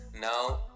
Now